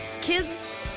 Kids